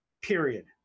period